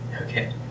Okay